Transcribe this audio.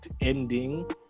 ending